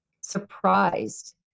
surprised